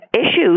issues